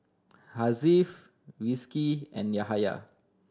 Hasif Rizqi and Yahaya